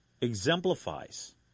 exemplifies